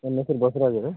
ನನ್ನ ಹೆಸ್ರು ಬಸವರಾಜ್ ರೀ